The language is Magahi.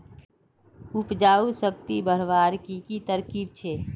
उपजाऊ शक्ति बढ़वार की की तरकीब छे?